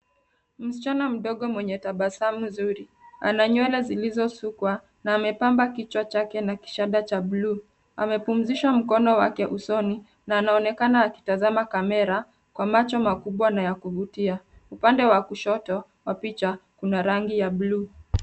Msichana mdogo mwenye tabasamu zuri ana nywele zilizokuswikwa na amepamba kichwa chake na kishanda cha blue . Amepumzisha mkono wa usoni na anaonekana akitazama kamera kwa macho makubwa na ya kuvutia. Upande wa kushoto wa picha kuna rangi ya blue .